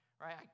Right